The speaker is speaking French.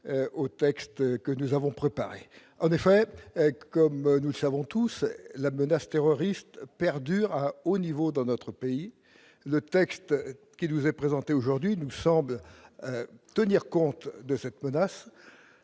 au texte que nous avons préparé en effet comme nous savons tous la menace terroriste perdure à haut niveau dans notre pays, le texte qui nous est présentée aujourd'hui nous semble tenir compte de cette. Menaces